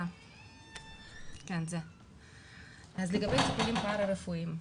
אז לגבי טיפולים פרא רפואיים,